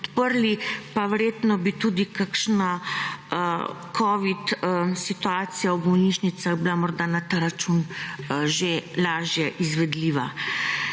podprli, pa verjetno bi tudi kakšna covid situacija v bolnišnicah bila morda na ta račun že lažje izvedljiva.